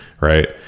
right